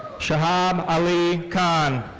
shahab ali khan.